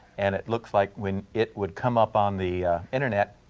and it looks like when it would come up on the internet,